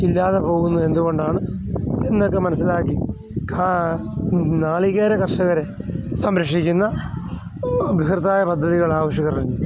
ഇല്ലാത പോകുന്നതെന്ത് കൊണ്ടാണ് എന്നൊക്കെ മനസ്സിലാക്കി നാളികേര കർഷകരെ സംരക്ഷിക്കുന്ന ബൃഹത്തായ പദ്ധതികൾ ആവിഷ്കരണം ചെയ്യുക